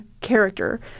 character